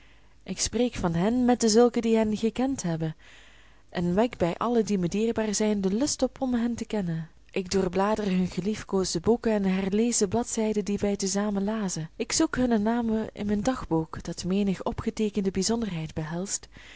ik spreek van hen met dezulken die hen gekend hebben en wek bij allen die mij dierbaar zijn den lust op om hen te kennen ik doorblader hun geliefkoosde boeken en herlees de bladzijden die wij te zamen lazen ik zoek hunne namen in mijn dagboek dat menig opgeteekende bijzonderheid behelst